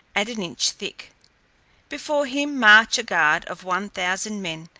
and an inch thick before him march a guard of one thousand men,